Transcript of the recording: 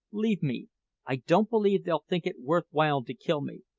leave me i don't believe they'll think it worth while to kill me.